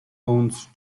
owns